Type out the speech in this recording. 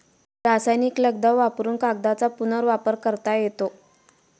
रासायनिक लगदा वापरुन कागदाचा पुनर्वापर करता येतो